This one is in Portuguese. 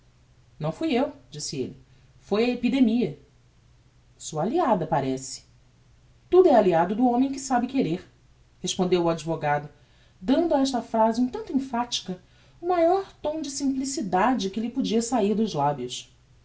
não fui eu disse elle foi a epidemia sua alliada parece tudo é alliado do homem que sabe querer respondeu o advogado dando a esta phrase um tanto emphatica o maior tom de simplicidade que lhe podia sair dos labios